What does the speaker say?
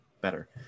better